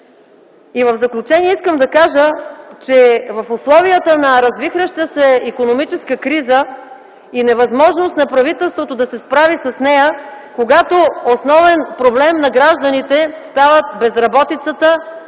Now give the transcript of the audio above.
В заключение искам да кажа, че в условията на развихряща се икономическа криза и невъзможност на правителството да се справи с нея, когато основен проблем на гражданите стават безработицата,